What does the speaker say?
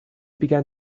began